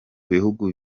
bihugu